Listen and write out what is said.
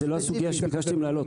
אבל זאת לא הסוגיה שביקשתם להעלות.